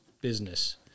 business